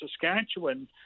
Saskatchewan